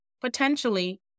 potentially